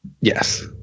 Yes